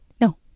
No